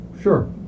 Sure